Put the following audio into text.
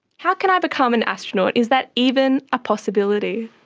how can i become an astronaut? is that even a possibility?